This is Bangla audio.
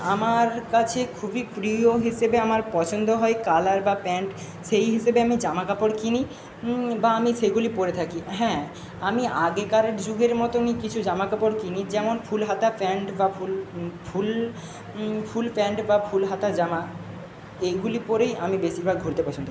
আমার কাছে খুবই প্রিয় হিসেবে আমার পছন্দ হয় কালার বা প্যান্ট সেই হিসেবে আমি জামা কাপড় কিনি বা আমি সেগুলি পরে থাকি হ্যাঁ আমি আগেকার যুগের মতনই কিছু জামা কাপড় কিনি যেমন ফুল হাতা প্যান্ট বা ফুল ফুল ফুল প্যান্ট বা ফুল হাতা জামা এইগুলি পরেই আমি বেশিরভাগ ঘুরতে পছন্দ